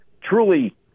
truly